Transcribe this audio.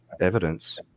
evidence